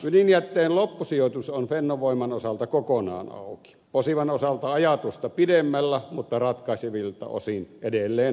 ydinjätteen loppusijoitus on fennovoiman osalta kokonaan auki posivan osalta ajatusta pidemmällä mutta ratkaisevilta osin edelleen auki